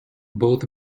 both